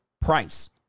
price